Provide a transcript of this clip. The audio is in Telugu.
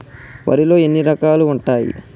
వరిలో ఎన్ని రకాలు ఉంటాయి?